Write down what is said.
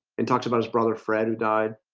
and talked about his brother fred who died